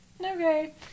okay